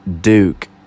Duke